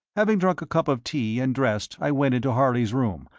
having drunk a cup of tea and dressed i went into harley's room,